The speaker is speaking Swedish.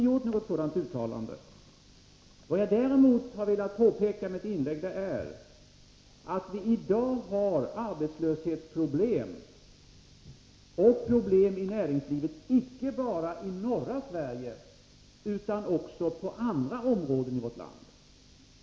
Med mitt inlägg har jag däremot velat påpeka att det i dag finns arbetslöshetsproblem, och över huvud taget problem inom näringslivet, icke bara i norra Sverige utan också i andra delar av vårt land.